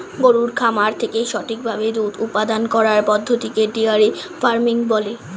গরুর খামার থেকে সঠিক ভাবে দুধ উপাদান করার পদ্ধতিকে ডেয়ারি ফার্মিং বলে